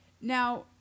Now